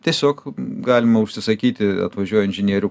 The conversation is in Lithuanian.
tiesiog galima užsisakyti atvažiuoja inžinierių